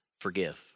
forgive